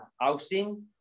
austin